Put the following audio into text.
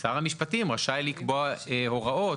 ושר המשפטים רשאי לקבוע הוראות.